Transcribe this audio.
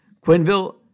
Quinville